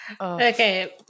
Okay